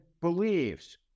believes